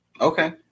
Okay